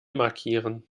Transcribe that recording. markieren